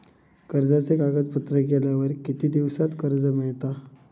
कर्जाचे कागदपत्र केल्यावर किती दिवसात कर्ज मिळता?